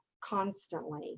constantly